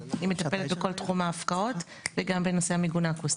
אני מטפלת בכול תחום ההפקעות וגם בנושא המיגון האקוסטי.